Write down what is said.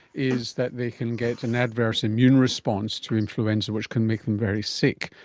is that they can get an adverse immune response to influenza which can make them very sick.